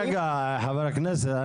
רגע חבר הכנסת,